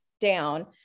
down